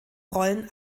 rollen